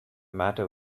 matter